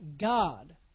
God